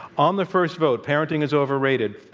on the first vote, parenting is overrated,